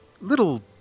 little